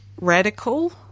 radical